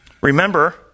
Remember